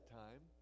time